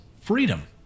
freedom